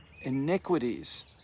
iniquities